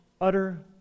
utter